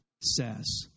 says